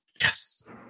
Yes